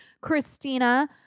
Christina